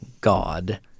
God